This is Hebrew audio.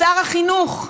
שר החינוך,